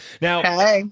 now